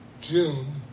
June